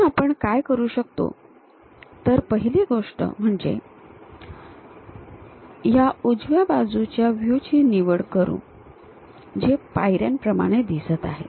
म्हणून आपण काय करू शकतो तर पहिली गोष्ट म्हणजे ह्या उजव्या बाजूच्या व्ह्यू ची निवड करू जे पायऱ्यांप्रमाणे दिसत आहे